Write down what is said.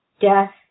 death